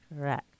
Correct